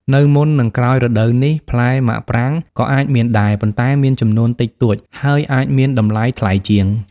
នៅមុន និងក្រោយរដូវកាលនេះ ផ្លែមាក់ប្រាងក៏អាចមានដែរ ប៉ុន្តែមានចំនួនតិចតួច ហើយអាចមានតម្លៃថ្លៃជាង។